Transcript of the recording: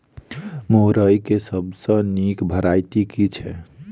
मुरई केँ सबसँ निक वैरायटी केँ छै?